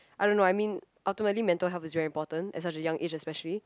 I don't know I mean ultimately mental health is very important at such a young age especially